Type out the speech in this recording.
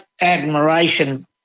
admiration